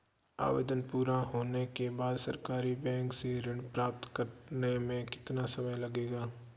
आवेदन पूरा होने के बाद सरकारी बैंक से ऋण राशि प्राप्त करने में कितना समय लगेगा?